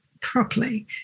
properly